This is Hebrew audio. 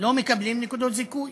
לא מקבלים נקודות זיכוי?